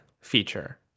feature